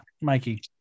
Mikey